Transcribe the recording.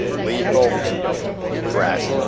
lethal threat.